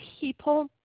people